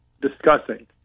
discussing